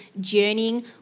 journeying